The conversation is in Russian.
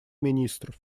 министров